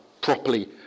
properly